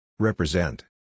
Represent